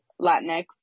Latinx